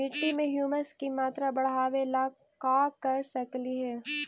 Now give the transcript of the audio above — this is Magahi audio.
मिट्टी में ह्यूमस के मात्रा बढ़ावे ला का कर सकली हे?